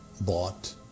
bought